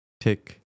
tick